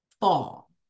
fall